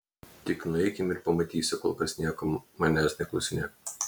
tik nueikim ir pamatysi o kol kas nieko manęs neklausinėk